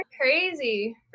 crazy